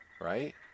Right